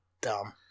Dumb